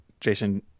Jason